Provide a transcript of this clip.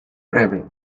breve